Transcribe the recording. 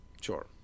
sure